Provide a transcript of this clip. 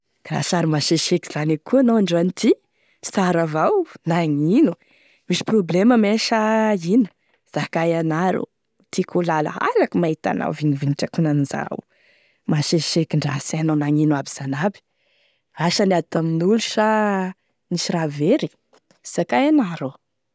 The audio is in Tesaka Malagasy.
Akoraha sary maseseky zany eky koa anao androany ty, sara avao, nagnino, misy problème mein sa ino, zakay ana ro, tiako ho lala, halako mahita anao vignivignitry akona'nizao, maseseky ndraha sy hainao nagnino aby zany aby. Asa niady tamin'olo sa nisy raha very, zakay ana rô.